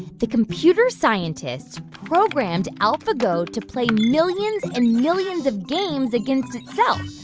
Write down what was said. the computer scientists programmed alphago to play millions and millions of games against itself.